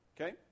Okay